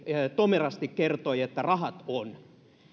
tomerasti kertoi että rahat on